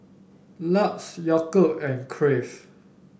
Lux Yakult and Crave